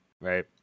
right